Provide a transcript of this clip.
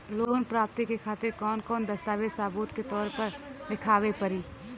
Loan प्राप्ति के खातिर कौन कौन दस्तावेज सबूत के तौर पर देखावे परी?